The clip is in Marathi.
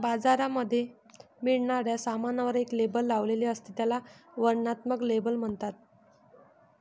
बाजारामध्ये मिळणाऱ्या सामानावर एक लेबल लावलेले असत, त्याला वर्णनात्मक लेबल म्हणतात